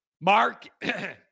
Mark